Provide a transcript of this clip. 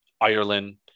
Ireland